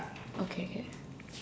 okay